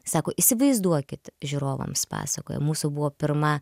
sako įsivaizduokit žiūrovams pasakojo mūsų buvo pirma